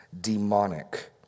demonic